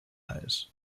eyes